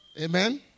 Amen